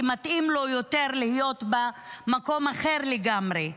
כי מתאים לו יותר להיות במקום אחר לגמרי.